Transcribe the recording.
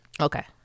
Okay